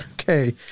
Okay